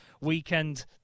weekend